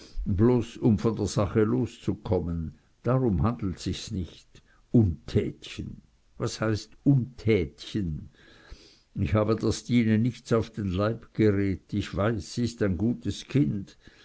bloß um von der sache loszukommen darum handelt sich's nicht untätchen was heißt untätchen ich habe der stine nichts auf den leib geredt ich weiß sie ist ein gutes kind